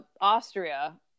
Austria